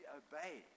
obey